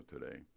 today